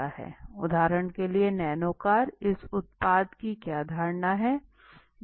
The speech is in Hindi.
उदाहरण के लिए नैनो कार इस उत्पाद की क्या धारणा है